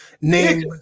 name